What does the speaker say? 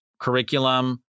curriculum